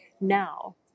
now